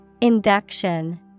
Induction